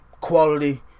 quality